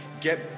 get